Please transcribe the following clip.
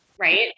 right